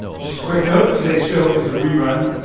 just a quick note today's show is a rerun.